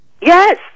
yes